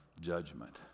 judgment